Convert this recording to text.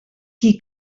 qui